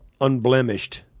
unblemished